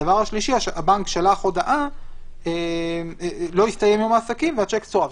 הדבר שלישי הוא שלא הסתיים יום העסקים והשיק סורב.